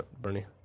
Bernie